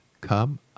come